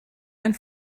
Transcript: ein